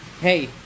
hey